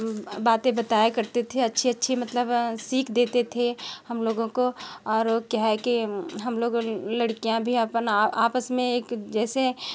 बातें बताया करते थे अच्छी अच्छी मतलब सीख देते थे हम लोगों को और क्या है कि हम लोग लड़कियां भी अपने आपस में एक जैसे